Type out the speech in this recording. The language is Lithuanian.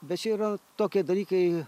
bet čia yra tokie dalykai